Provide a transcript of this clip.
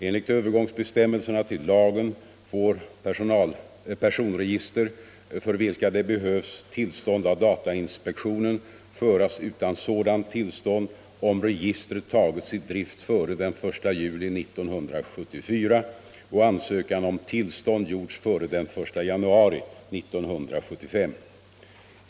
Enligt övergångsbestämmelserna till lagen får personregister, för vilka det behövs tillstånd av datainspektionen, föras utan sådant tillstånd om registret tagits i drift före den 1 juli 1974 och ansökan om tillstånd gjorts före den 1 januari 1975.